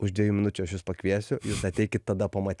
už dviejų minučių aš jus pakviesiu jūs ateikit tada pamatysit